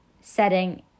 setting